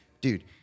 Dude